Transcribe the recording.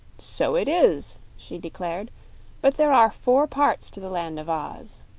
so it is, she declared but there are four parts to the land of oz.